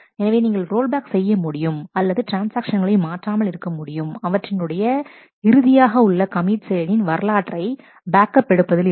எனவே நீங்கள் roll back செய்ய முடியும் அல்லது ட்ரான்ஸ்ஆக்ஷன்களை மாற்றாமல் இருக்க முடியும் அவற்றினுடைய இறுதியாக உள்ள கமிட் செயலின் வரலாற்றினை பேக்கப் எடுப்பதில் இருந்து